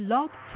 Love